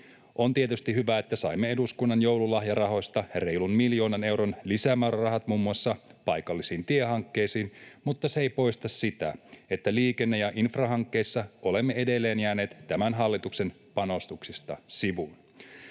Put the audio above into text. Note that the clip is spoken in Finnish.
On tietysti hyvä, että saimme eduskunnan joululahjarahoista reilun miljoonan euron lisämäärärahat muun muassa paikallisiin tiehankkeisiin, mutta se ei poista sitä, että liikenne- ja infrahankkeissa olemme edelleen jääneet tämän hallituksen panostuksista sivuun.